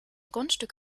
grundstück